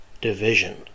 Division